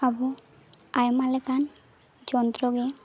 ᱟᱵᱚ ᱟᱭᱢᱟ ᱞᱮᱠᱟᱱ ᱡᱚᱱᱛᱨᱚ ᱜᱮ